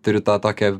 turiu tą tokią